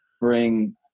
bring